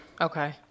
Okay